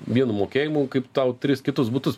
vienu mokėjimu kaip tau tris kitus butus